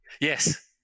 yes